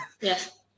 Yes